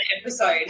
episode